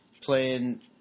playing